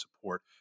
support